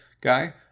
guy